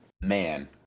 man